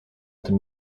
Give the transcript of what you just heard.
tym